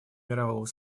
мирового